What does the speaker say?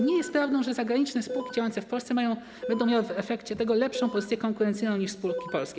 Nie jest prawdą, że zagraniczne spółki działające w Polsce będą miały w efekcie tego lepszą pozycję konkurencyjną niż spółki polskie.